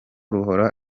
ruhora